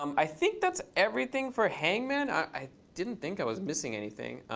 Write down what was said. um i think that's everything for hangman. i didn't think i was missing anything.